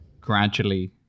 gradually